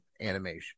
animation